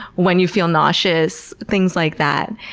when you feel nauseous, things like that.